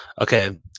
Okay